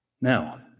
Now